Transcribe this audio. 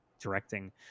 directing